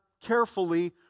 carefully